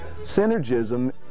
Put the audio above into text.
Synergism